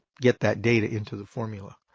get that data into the formula.